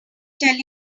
tell